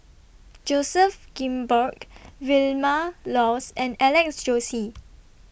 Joseph Grimberg Vilma Laus and Alex Josey